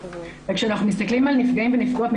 וכשאנחנו מסתכלים על נפגעים ונפגעות,